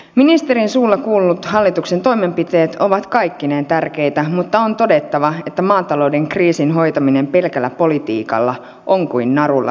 ministerin suusta kuullut hallituksen toimenpiteet ovat kaikkineen tärkeitä mutta on todettava että maatalouden kriisin hoitaminen pelkällä politiikalla on kuin narulla työntäisi